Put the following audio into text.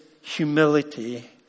humility